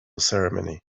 ceremony